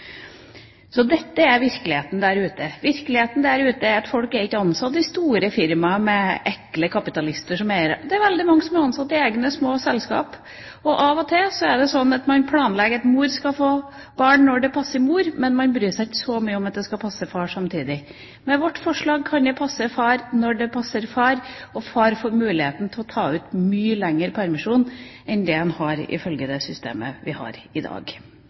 så mye lettere for en arbeidsgiver å presse noen som vil har permisjon for en ettåring, enn noen som vil ha permisjon for en seksåring. Dette er virkeligheten der ute. Virkeligheten er at folk ikke er ansatt i store firma med ekle kapitalister som eiere. Det er veldig mange som er ansatt i egne, små selskap. Av og til er det sånn at man planlegger at mor skal få barn når det passer mor, men man bryr seg ikke så mye om at det skal passe for far samtidig. Med vårt forslag kan det passe far når det passer far, og far får muligheten til å ta ut mye lengre permisjon